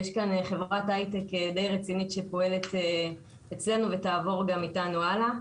יש כאן חברת הייטק די רצינית שפועלת אצלנו ותעבור גם איתנו הלאה.